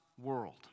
world